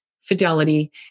fidelity